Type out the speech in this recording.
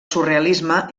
surrealisme